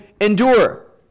endure